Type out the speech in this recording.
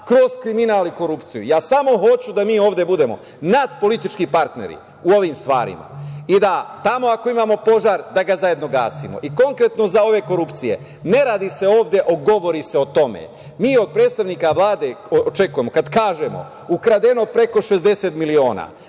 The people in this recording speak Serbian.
kroz kriminal i korupciju. Ja samo hoću da mi ovde budemo nadpolitički partneri u ovim stvarima i da tamo ako imamo požar da ga zajedno gasimo. Konkretno za ove korupcije, ne radi se ovde, govori se o tome. Mi od predstavnika Vlade očekujemo kad kažemo – ukradeno preko 60 miliona,